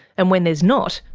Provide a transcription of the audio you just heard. and when there's not,